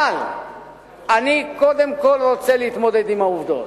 אבל אני קודם כול רוצה להתמודד עם העובדות.